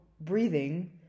breathing